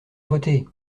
voté